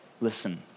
listen